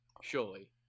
surely